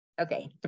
Okay